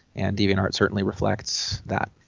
and deviantart certainly reflects that.